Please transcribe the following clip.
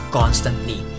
constantly